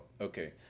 okay